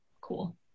cool